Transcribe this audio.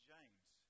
James